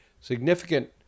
significant